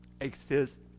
exist